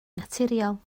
naturiol